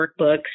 workbooks